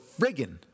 friggin